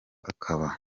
akaba